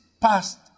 past